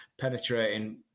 penetrating